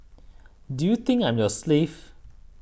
do you think I'm your slave